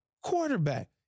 quarterback